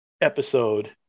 episode